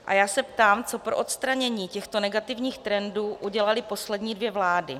A já se ptám, co pro odstranění těchto negativních trendů udělaly poslední dvě vlády.